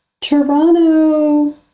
Toronto